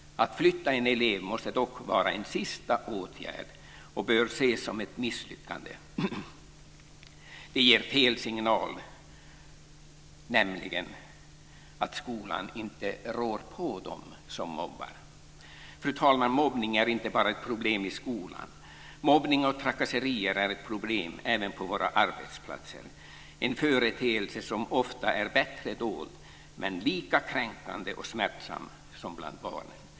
Att flytta en elev måste dock vara en sista åtgärd och bör ses som ett misslyckande. Det ger fel signal, nämligen att skolan inte rår på dem som mobbar. Fru talman! Mobbning är inte bara ett problem i skolan - mobbning och trakasserier är ett problem även på våra arbetsplatser. Det är en företeelse som ofta är bättre dold men lika kränkande och smärtsam som bland barn.